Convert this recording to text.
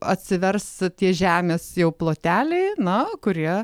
atsivers tie žemės jau ploteliai na kurie